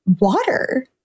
water